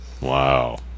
Wow